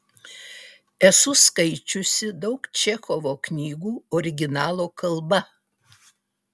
esu skaičiusi daug čechovo knygų originalo kalba